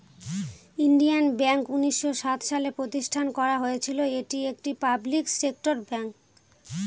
Indian bank উনিশশো সাত সালে প্রতিষ্ঠান করা হয়েছিল এটি একটি পাবলিক সেক্টর ব্যাঙ্ক